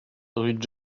rue